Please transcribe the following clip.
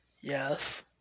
Yes